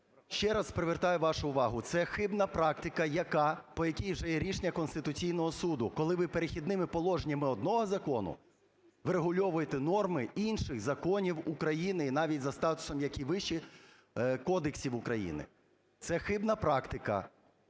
ще раз привертаю вашу увагу, це хибна практика, по якій вже є рішення Конституційного Суду, коли ви "Перехідними положеннями" одного закону врегульовуєте норми інших законів України і навіть за статусом які вищі кодексів України. Це хибна практика,